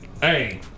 Hey